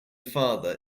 father